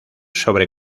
sobre